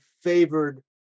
favored